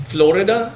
...Florida